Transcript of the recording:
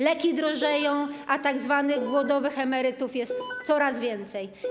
Leki drożeją, a tzw. głodowych emerytów jest coraz więcej.